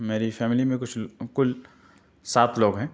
میری فیملی میں کچھ کُل سات لوگ ہیں